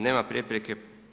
Nema prepreke.